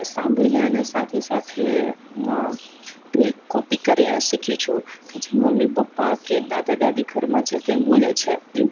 સાંભળીને અને સાથે સાથે તે કોપી કરીને શીખી છું કે જે મમ્મી પપ્પા કે દાદા દાદી ઘરમાં જે કાંઈ બોલે છે